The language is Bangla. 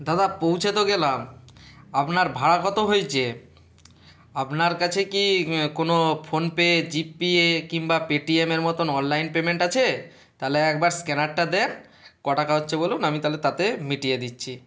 দাদা পৌঁছে তো গেলাম আপনার ভাড়া কত হয়েছে আপনার কাছে কি কোনো ফোনপে জিপে কিংবা পেটিএমের মতন অনলাইন পেমেন্ট আছে তাহলে একবার স্ক্যানারটা দেন ক টাকা হচ্ছে বলুন আমি তাহলে তাতে মিটিয়ে দিচ্ছি